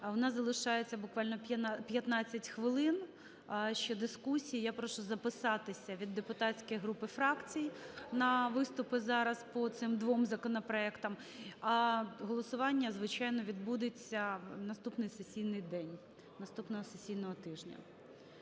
у нас залишається буквально 15 хвилин ще дискусії. Я прошу записатися від депутатських груп і фракцій на виступи зараз по цим двом законопроектам. Голосування, звичайно, відбудеться в наступний сесійний день наступного сесійного тижня.